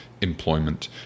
employment